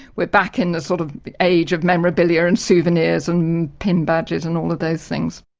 we're back in the sort of age of memorabilia and souvenirs and pin badges and all of those things.